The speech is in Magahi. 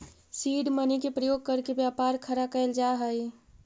सीड मनी के प्रयोग करके व्यापार खड़ा कैल जा हई